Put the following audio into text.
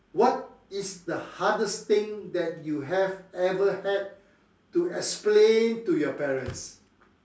what is the hardest thing that you have ever had to explain to your parents